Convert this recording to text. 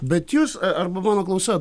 bet jūs arba mano klausa